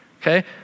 Okay